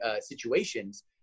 situations